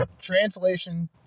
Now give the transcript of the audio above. Translation